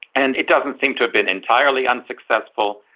and it doesn't seem to have been entirely unsuccessful.